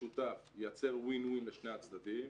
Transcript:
משותף ייצר win-win לשני הצדדים.